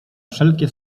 wszelkie